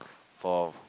for